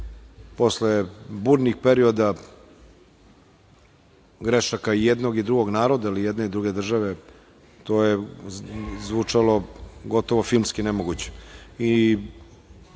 posle burnih perioda grešaka i jednog i drugog naroda ili jedne i druge države, to je zvučalo gotovo filmski nemoguće.